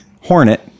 Hornet